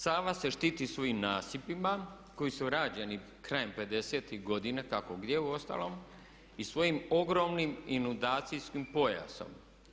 Sava se štiti svojim nasipima koji su rađeni krajem 50.-tih godina kako gdje uostalom i svojim ogromnim inundacijskim pojasom.